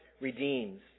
redeems